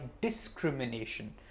discrimination